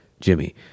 Jimmy